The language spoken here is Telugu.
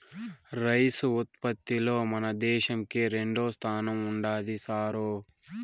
రైసు ఉత్పత్తిలో మన దేశంకి రెండోస్థానం ఉండాది సారూ